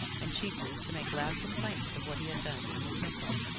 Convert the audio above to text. and chiefly to make loud complaints of what he had done in the temple.